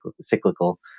cyclical